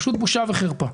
פשוט בושה וחרפה.